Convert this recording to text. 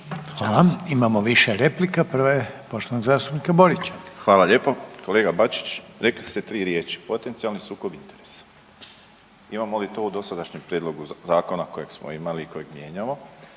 Hvala. Imamo više replika. Prva je poštovanog zastupnika Borića. **Borić, Josip (HDZ)** Hvala lijepo. Kolega Bačić, rekli ste tri riječi potencijalni sukob interesa. Imamo li to u dosadašnjem prijedlogu zakona kojeg smo imali i kojeg mijenjamo?